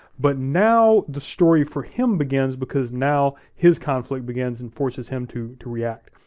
but now the story for him begins because now, his conflict begins and forces him to to react.